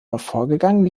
hervorgegangen